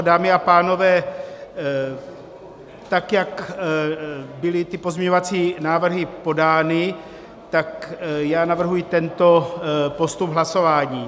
Dámy a pánové, tak jak byly ty pozměňovací návrhy podány, navrhuji tento postup hlasování.